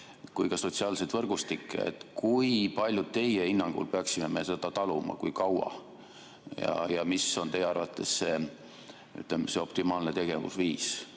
kui ka sotsiaalseid võrgustikke. Kui palju teie hinnangul peaksime me seda taluma ja kui kaua? Mis on teie arvates optimaalne tegevusviis?